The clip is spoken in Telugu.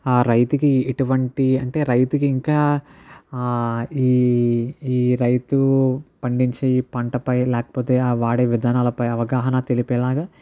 ఆ రైతుకి ఎటువంటి అంటే రైతుకి ఇంకా ఈ రైతు పండించే పంటపై లేకపోతే ఆ వాడే విధానాలపై అవగాహన తెలిపేలాగా